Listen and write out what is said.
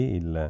il